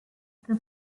the